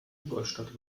ingolstadt